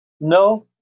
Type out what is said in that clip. No